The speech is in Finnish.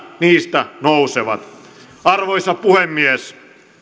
niistä nousevat arvoisa puhemies